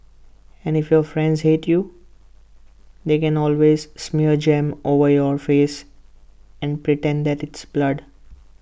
and if your friends hate you they can always smear jam over your face and pretend that it's blood